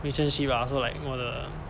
relationship ah so like 我的